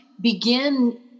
begin